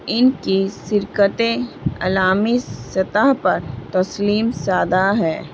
ان کی شرکتیں عوامی سطح پر تسلیم سادہ ہے